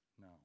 No